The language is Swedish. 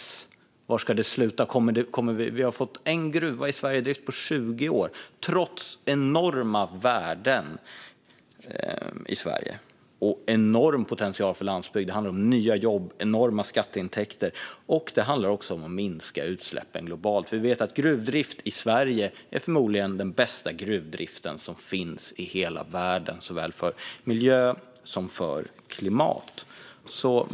Var ska det sluta? Vi har bara fått en gruva i drift i Sverige på 20 år, trots enorma värden här och trots den enorma potentialen för landsbygden. Det handlar om nya jobb och enorma skatteintäkter, och det handlar om att minska utsläppen globalt. Vi vet att gruvdriften i Sverige förmodligen är den bästa gruvdrift som finns i hela världen, för miljön såväl som för klimatet.